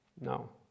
No